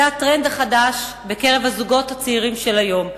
זה הטרנד החדש בקרב הזוגות הצעירים של היום.